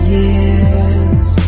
years